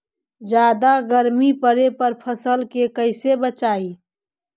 जादा गर्मी पड़े पर फसल के कैसे बचाई?